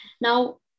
Now